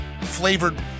flavored